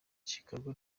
chicago